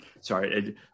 sorry